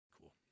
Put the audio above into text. cool